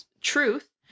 truth